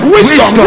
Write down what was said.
Wisdom